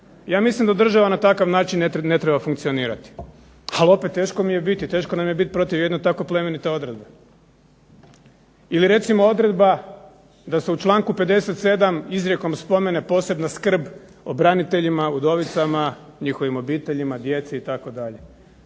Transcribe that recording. Ja mislim da država na takav način ne treba funkcionirati, ali opet teško mi je biti, teško nam je biti protiv jedne tako plemenite odredbe. Ili recimo odredba da se u članku 57. izrijekom spomene posebna skrb o braniteljima, udovicama, njihovim obiteljima, djeci itd.